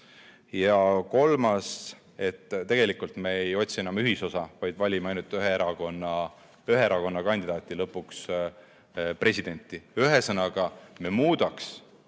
Ja kolmas, et tegelikult me ei otsi enam ühisosa, vaid valime ainult ühe erakonna – ühe erakonna – kandidaadi lõpuks presidendiks. Ühesõnaga, me muudaks,